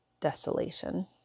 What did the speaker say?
Desolation